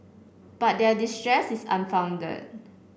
but their distress is unfounded